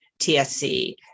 TSC